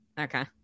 okay